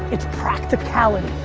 it's practicality.